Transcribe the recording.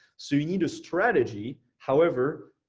so you need a strategy. however,